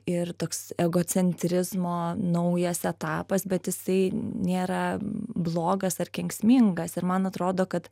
ir toks egocentrizmo naujas etapas bet jisai nėra blogas ar kenksmingas ir man atrodo kad